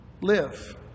live